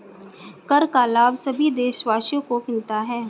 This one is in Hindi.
कर का लाभ सभी देशवासियों को मिलता है